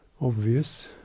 obvious